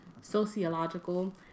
sociological